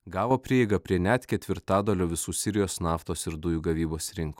gavo prieigą prie net ketvirtadalio visų sirijos naftos ir dujų gavybos rinkų